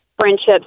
friendships